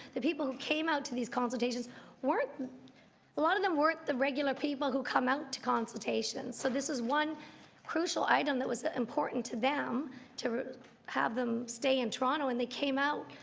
the people who came out to these consultations weren't ah lot of them weren't the regular people who come out to consultations, so this is one crucial item that was ah important to them to have them stay in toronto toronto, and they came out,